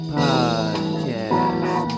podcast